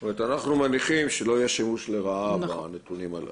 זאת אומרת שאנחנו מניחים שלא יהיה שימוש לרעה בנתונים הללו.